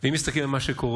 אם מסתכלים על מה שקורה,